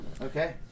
Okay